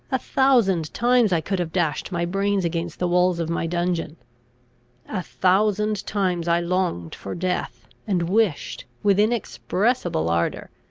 a thousand times i could have dashed my brains against the walls of my dungeon a thousand times i longed for death, and wished, with inexpressible ardour,